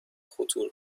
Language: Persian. خطور